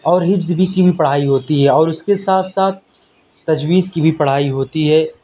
اور حفظ بھی کی بھی پڑھائی ہوتی ہے اور اس کے ساتھ ساتھ تجوید کی بھی پڑھائی ہوتی ہے